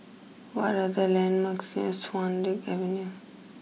what are the landmarks near Swan Lake Avenue